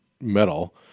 metal